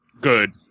good